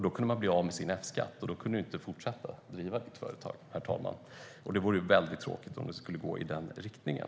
Då kunde man bli av med sin F-skatt, och därmed kunde man inte fortsätta att driva företaget. Det skulle vara mycket tråkigt om det skulle gå i den riktningen.